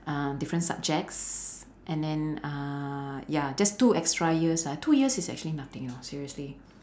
uh different subjects and then uh ya just two extra years ah two years is actually nothing you know seriously